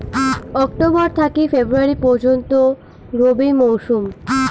October থাকি February পর্যন্ত রবি মৌসুম